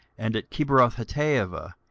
and at kibrothhattaavah,